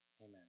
Amen